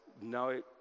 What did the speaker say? no